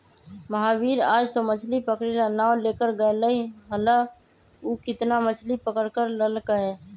महावीर आज जो मछ्ली पकड़े ला नाव लेकर गय लय हल ऊ कितना मछ्ली पकड़ कर लल कय?